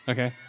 Okay